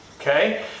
okay